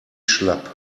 schlapp